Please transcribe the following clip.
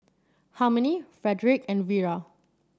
Harmony Frederick and Vira